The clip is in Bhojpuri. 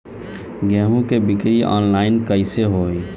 गेहूं के बिक्री आनलाइन कइसे होई?